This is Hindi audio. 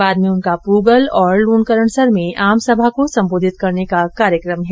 बाद में उनका पूगल और लूणकरनसर में आमसभा को संबोधित करने का कार्यक्रम है